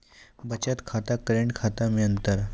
बचत खाता करेंट खाता मे अंतर?